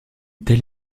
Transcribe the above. telle